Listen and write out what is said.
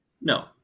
no